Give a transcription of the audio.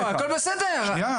אתה בסדר,